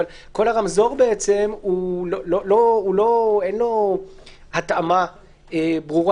אבל כל הרמזור בעצם אין לו התאמה ברורה.